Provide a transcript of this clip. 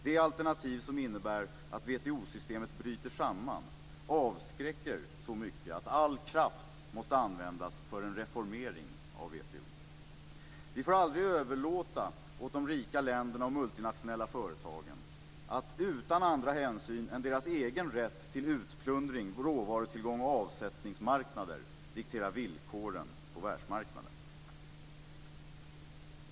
Det alternativ som innebär att WTO-systemet bryter samman avskräcker så mycket att all kraft måste användas för en reformering av WTO. Vi får aldrig överlåta åt de rika länderna och de multinationella företagen att utan andra hänsyn än deras egen rätt till utplundring, råvarutillgång och avsättningsmarknader diktera villkoren på världsmarknaden.